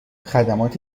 خدمات